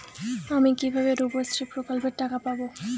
আমি কিভাবে রুপশ্রী প্রকল্পের টাকা পাবো?